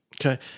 Okay